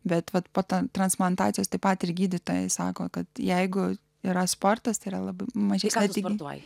bet vat po tran transplantacijos tik patys gydytojai sako kad jeigu yra sportas tėra labai mažeikaitei gamtoje